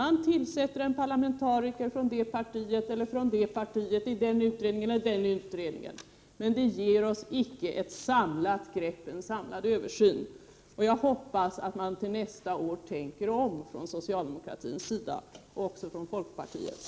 Man tillsätter en parlamentariker från det eller det partiet i den eller den utredningen, men det ger oss icke en samlad översyn. Jag hoppas att man till nästa år tänker om från socialdemokratins sida och också från folkpartiets.